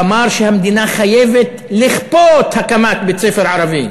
ואמר שהמדינה חייבת לכפות הקמת בית-ספר ערבי.